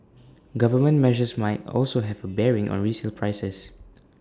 government measures might also have A bearing on resale prices